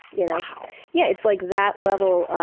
you know, yeah it's like that level,